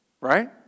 right